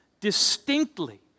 distinctly